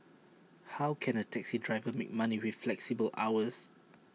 how can A taxi driver make money with flexible hours